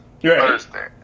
Thursday